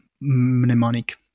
mnemonic